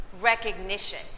recognition